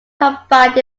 combined